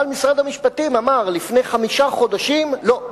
אבל משרד המשפטים אמר לפני חמישה חודשים: לא,